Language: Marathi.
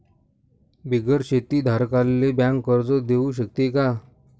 बिगर शेती धारकाले बँक कर्ज देऊ शकते का?